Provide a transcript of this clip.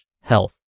health